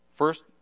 First